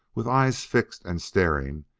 with eyes fixed and staring,